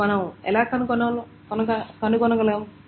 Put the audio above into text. ఇప్పుడు మనం ఎలా కనుగొనగలం